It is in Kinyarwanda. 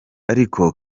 ariko